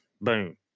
boom